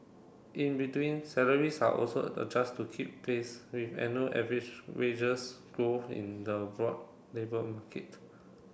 in between salaries are also adjust to keep pace with annual average wages growth in the broad labour market